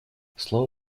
слово